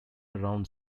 around